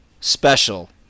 special